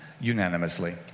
unanimously